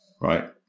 right